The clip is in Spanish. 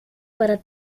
para